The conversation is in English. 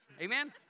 Amen